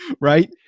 Right